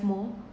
more